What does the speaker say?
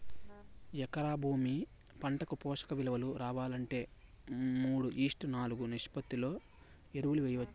ఎకరా భూమి పంటకు పోషక విలువలు రావాలంటే మూడు ఈష్ట్ నాలుగు నిష్పత్తిలో ఎరువులు వేయచ్చా?